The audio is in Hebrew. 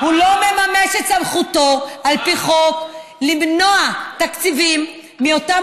לא מממש את סמכותו על פי חוק למנוע תקציבים מאותם